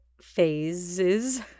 phases